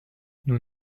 nous